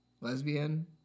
lesbian